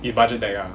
budget deck ah